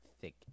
thick